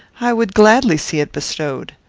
i would gladly see it bestowed.